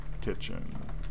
Kitchen